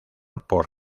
por